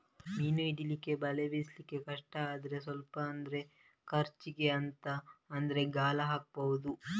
ಮೀನು ಹಿಡೀಲಿಕ್ಕೆ ಬಲೆ ಬೀಸ್ಲಿಕ್ಕೆ ಕಷ್ಟ ಆದ್ರೆ ಸ್ವಲ್ಪ ಅಂದ್ರೆ ಖರ್ಚಿಗೆ ಅಂತ ಆದ್ರೆ ಗಾಳ ಹಾಕ್ಬಹುದು